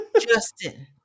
Justin